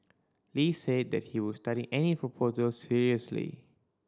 Lee said that he would study any proposal seriously